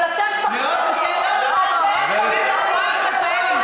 אבל אתם פחדנים, אתם פחדנים, בבקשה,